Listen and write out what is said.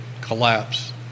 collapse